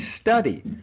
study